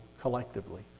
collectively